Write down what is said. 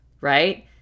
right